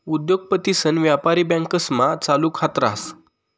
उद्योगपतीसन व्यापारी बँकास्मा चालू खात रास